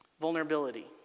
Vulnerability